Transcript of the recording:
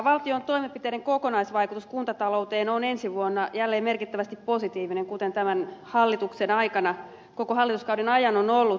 valtion toimenpiteiden kokonaisvaikutus kuntatalouteen on ensi vuonna jälleen merkittävästi positiivinen kuten tämän hallituksen aikana koko hallituskauden ajan on ollut